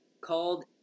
called